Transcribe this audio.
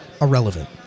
irrelevant